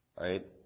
Right